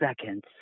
seconds